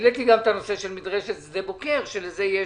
העליתי גם את הנושא של מדרשת שדה בוקר, שלזה יש